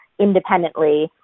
independently